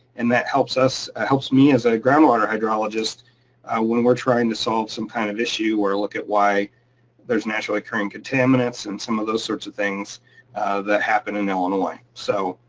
and that helps us, helps me as a groundwater hydrologist when we're trying to solve some kind of issue or look at why there's naturally occurring contaminants and some of those sorts of things that happen in illinois. so